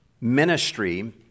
ministry